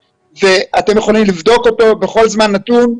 ואתם יכולים לבדוק אותו בכל זמן נתון.